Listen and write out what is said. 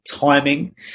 timing